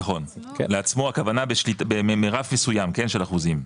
נכון, לעצמו הכוונה ברף מסוים של אחוזים,